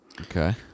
Okay